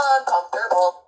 Uncomfortable